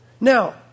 Now